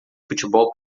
futebol